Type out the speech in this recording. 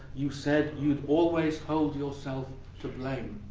you said you'd always hold yourself to blame.